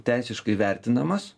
teisiškai vertinamas